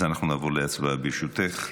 אז אנחנו נעבור להצבעה, ברשותך.